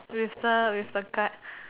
with the with the card